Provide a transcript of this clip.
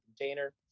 container